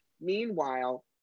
Meanwhile